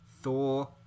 Thor